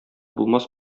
булмас